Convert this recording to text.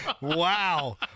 Wow